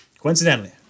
Coincidentally